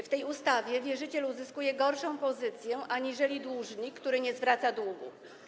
W tej ustawie wierzyciel uzyskuje gorszą pozycję aniżeli dłużnik, który nie zwraca długu.